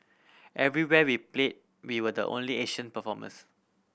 everywhere we played we were the only Asian performers